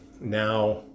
now